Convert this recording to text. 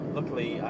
Luckily